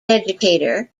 educator